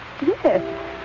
Yes